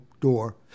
door